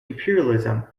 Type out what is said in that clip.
imperialism